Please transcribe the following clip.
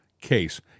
case